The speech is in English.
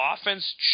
offense